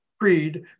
creed